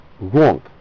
wrong